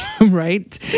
Right